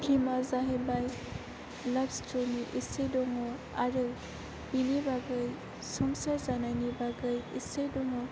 फिल्मआ जाहैबाय लाभ स्ट'रि एसे दङ आरो बिनि बागै संसार जानायनि बागै इसे दङ